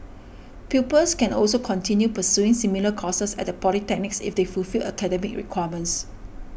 pupils can also continue pursuing similar courses at the polytechnics if they fulfil academic requirements